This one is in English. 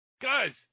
Guys